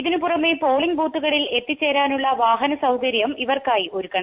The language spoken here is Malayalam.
ഇതിനുപുറമെ പോളിംഗ് ബൂത്തുകളിൽ എത്തിച്ചേരാനുള്ള വാഹന സൌകര്യവും ഇവർക്കായി ഒരുക്കണം